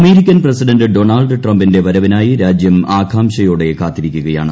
American president Donald ട്രംപിന്റെ വരവിനായി രാജ്യം ആകാംക്ഷയോടെ കാത്തിരിക്കുകയാണ്